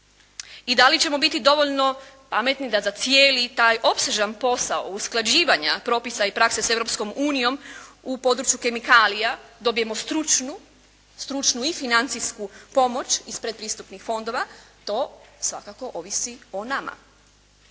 i da li ćemo biti dovoljno pametni da za cijeli taj opsežan posao oko usklađivanja propisa i prakse sa Europskom unijom u području kemikalija dobijemo stručnu i financijsku pomoć iz predpristupnih fondova, to svakako ovisi o nama.